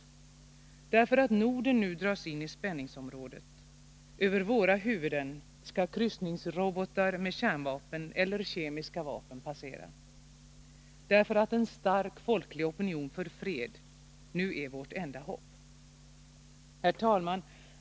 Vi måste reagera därför att Norden nu dras in i spänningsområdet. Över våra huvuden skall kryssningsrobotar med kärnvapen eller kemiska vapen passera. Vi måste också reagera därför att en stark folklig opinion för fred nu är vårt enda hopp! Herr talman!